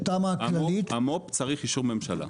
המו"פ צריך אישור ממשלה.